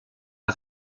der